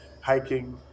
hiking